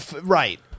Right